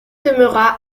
demeura